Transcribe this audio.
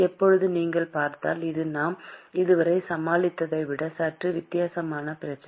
இப்போது நீங்கள் பார்த்தால் இது நாம் இதுவரை சமாளித்ததை விட சற்று வித்தியாசமான பிரச்சனை